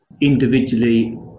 individually